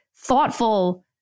thoughtful